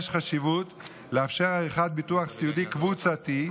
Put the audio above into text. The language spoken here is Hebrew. יש חשיבות לאפשר עריכת ביטוח סיעודי קבוצתי,